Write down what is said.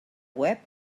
web